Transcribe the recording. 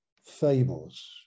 fables